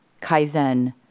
Kaizen